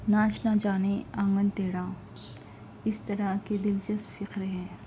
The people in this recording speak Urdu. ناچ نہ جانے آنگن ٹیڑھا اِس طرح کے دلچسپ فخرے ہیں